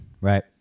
right